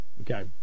Okay